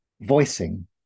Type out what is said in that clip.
voicing